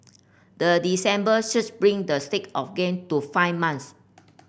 the December surge bring the streak of gain to five months